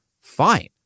fine